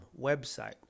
website